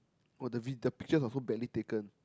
oh the the picture also badly taken